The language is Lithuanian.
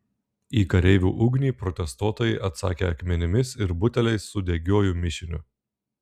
į kareivių ugnį protestuotojai atsakė akmenimis ir buteliais su degiuoju mišiniu